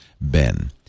Ben